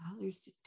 dollars